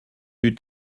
eut